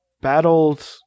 battled